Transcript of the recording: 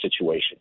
situation